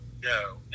no